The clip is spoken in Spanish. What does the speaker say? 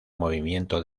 movimiento